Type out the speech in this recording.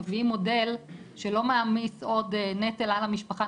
מביאים מודל שלא מעמיס עוד נטל על המשפחה,